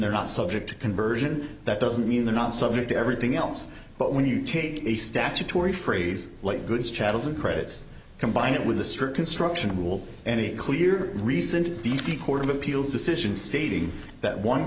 they're not subject to conversion that doesn't mean they're not subject to everything else but when you take a statutory phrase like good chattels and credits combine it with the strict construction of rule any clear recent d c court of appeals decision stating that one